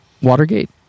Watergate